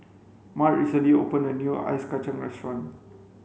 mart recently opened a new ice kachang restaurant